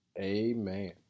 amen